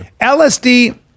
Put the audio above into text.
LSD